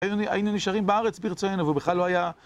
היינו נשארים בארץ, פרצוין, ובכלל לא היה...